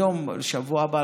היום או בשבוע הבא,